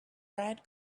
red